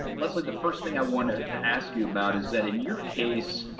leslie, the first thing i want to to ask you about is that in your case,